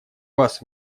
вас